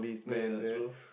ya true